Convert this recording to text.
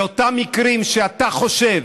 באותם מקרים שאתה חושב